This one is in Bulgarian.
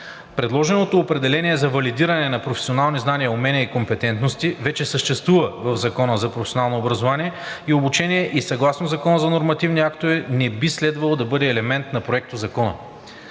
Предложеното определение за валидиране на професионални знания, умения и компетентности вече съществува в Закона за професионалното образование и обучение и съгласно Закона за нормативните актове не би следвало да бъде елемент на Проектозакона.